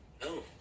No